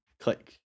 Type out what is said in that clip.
click